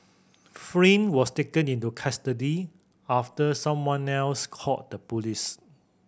Flynn was taken into custody after someone else called the police